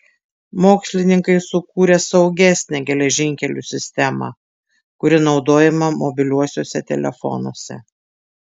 mokslininkai sukūrė saugesnę geležinkelių sistemą kuri naudojama mobiliuosiuose telefonuose